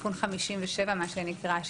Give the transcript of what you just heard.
מה שנקרא תיקון 57,